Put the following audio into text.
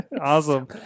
Awesome